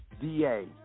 DA